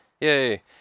Yay